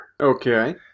Okay